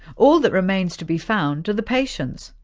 all that remains to be found are the patients,